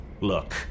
Look